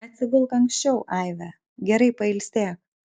atsigulk anksčiau aive gerai pailsėk